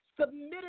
submitted